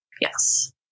Yes